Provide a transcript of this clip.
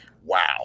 Wow